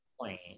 point